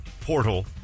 portal